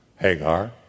Hagar